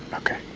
ok.